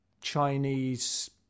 chinese